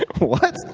what?